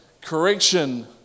Correction